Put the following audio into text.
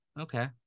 okay